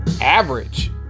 average